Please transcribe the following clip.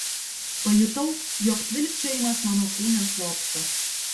pajutau jog tvilkčiojimas mano kūne slopsta